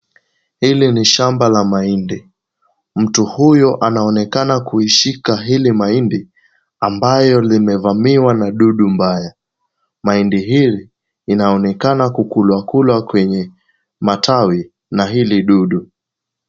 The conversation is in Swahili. Hili ni shamba la mahindi. Mtu huyo anaonekana kuishika hili mahindi ambayo limevamiwa na dudu mbaya. Mahindi hili inaonekana kukulwakulwa kwenye matawi na hili dudu.